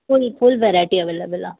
full full variety available आहे